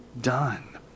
done